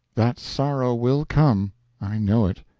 that sorrow will come i know it.